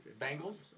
Bengals